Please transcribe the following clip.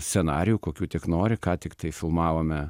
scenarijų kokių tik nori ką tiktai filmavome